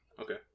Okay